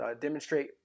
demonstrate